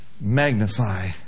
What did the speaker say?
magnify